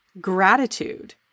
gratitude